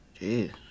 jeez